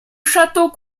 château